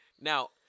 Now